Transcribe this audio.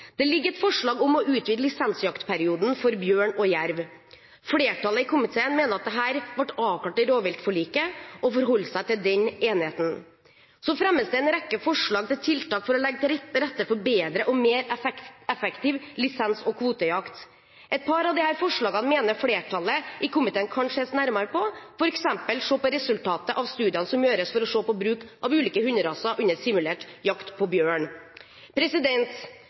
Det foreligger et forslag om å utvide lisensjaktperioden for bjørn og jerv. Flertallet i komiteen mener at dette ble avklart i rovviltforliket, og forholder seg til den enigheten. Så fremmes det en rekke forslag til tiltak for å legge til rette for bedre og mer effektiv lisens- og kvotejakt. Et par av disse forslagene mener flertallet i komiteen at kan ses nærmere på, f.eks. å se på resultatet av studiene som gjøres for å se på bruk av ulike hunderaser under simulert jakt på bjørn.